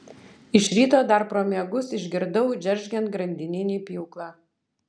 iš ryto dar pro miegus išgirdau džeržgiant grandininį pjūklą